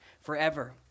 forever